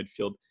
midfield